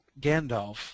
Gandalf